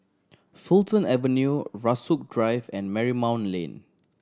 Fulton Avenue Rasok Drive and Marymount Lane